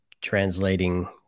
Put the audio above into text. translating